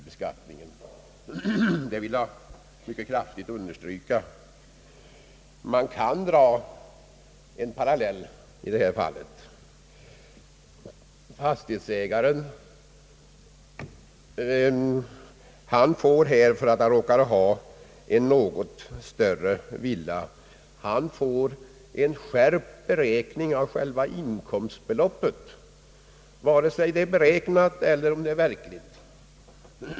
Det vill jag mycket kraftigt understryka. Man kan dra en parallell i det här fallet: Fastighetsägaren får, om han råkar ha en något större villa, en skärpning av själva inkomstbeloppet, vare sig det är beräknat eller det är verkligt.